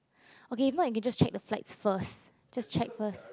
okay if not you can just check the flights first just check first